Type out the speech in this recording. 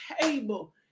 table